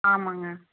ஆமாம்ங்க